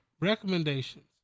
Recommendations